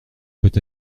peut